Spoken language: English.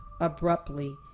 abruptly